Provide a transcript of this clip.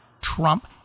Trump